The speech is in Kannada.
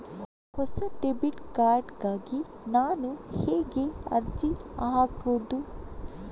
ಹೊಸ ಡೆಬಿಟ್ ಕಾರ್ಡ್ ಗಾಗಿ ನಾನು ಹೇಗೆ ಅರ್ಜಿ ಹಾಕುದು?